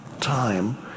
time